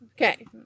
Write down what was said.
Okay